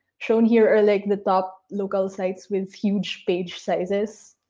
shown here are like the top local sites with huge page sizes.